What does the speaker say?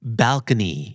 balcony